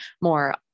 more